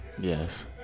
Yes